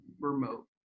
remote